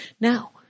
Now